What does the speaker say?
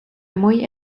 muy